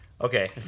Okay